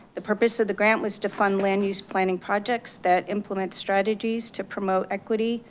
the purpose of the grant was to fund land use planning projects that implement strategies to promote equity,